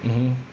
mmhmm